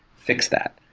fix that.